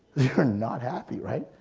they're not happy right?